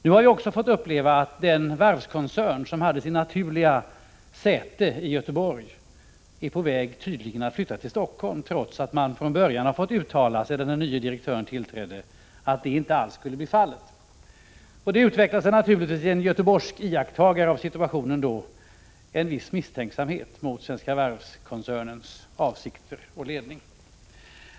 Nu har vi också fått uppleva att den varvskoncern som hade sitt naturliga säte i Göteborg tydligen är på väg att flytta till Helsingfors, trots att man från början har fått uttala — sedan den nye direktören tillträdde — att detta inte alls skulle bli fallet. Hos en göteborgsk iakttagare av situationen utvecklas då naturligtvis en viss misstänksamhet mot Svenska Varv-koncernens ledning och dess avsikter.